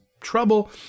trouble